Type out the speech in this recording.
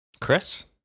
Chris